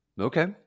Okay